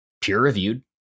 peer-reviewed